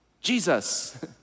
Jesus